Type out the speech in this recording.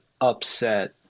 upset